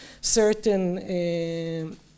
certain